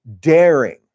daring